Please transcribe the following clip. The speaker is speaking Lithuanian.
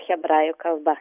hebrajų kalba